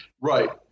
Right